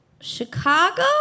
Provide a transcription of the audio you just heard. Chicago